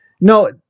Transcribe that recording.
No